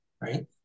right